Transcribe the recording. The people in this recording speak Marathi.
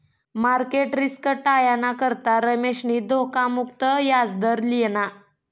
मार्केट रिस्क टायाना करता रमेशनी धोखा मुक्त याजदर लिना